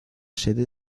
sede